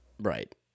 Right